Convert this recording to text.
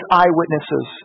eyewitnesses